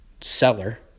seller